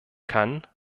kann